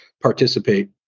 participate